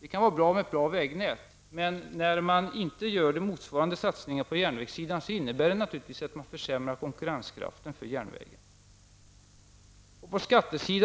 Det kan vara bra med ett gott vägnät, men när man inte gör motsvarande satsningar på järnvägen innebär det naturligtvis att man försämrar konkurrenskraften för järnvägen. Man